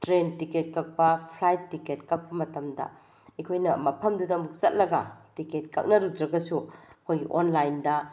train ticket ꯀꯛꯄꯥ flight ticket ꯀꯛꯄ ꯃꯇꯝꯗ ꯑꯩꯈꯣꯏꯅ ꯃꯐꯝꯗꯨꯗ ꯑꯃꯨꯛ ꯆꯠꯂꯒ ꯇꯤꯛꯀꯦꯠ ꯀꯛꯅꯔꯨꯗ꯭ꯔꯒꯁꯨ ꯑꯩꯈꯣꯏꯒꯤ ꯑꯣꯟꯂꯥꯏꯟꯗ